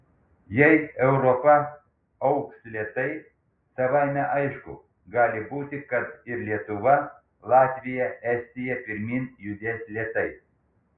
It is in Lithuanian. jei europa augs lėtai savaime aišku gali būti kad ir lietuva latvija estija pirmyn judės lėtai